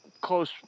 close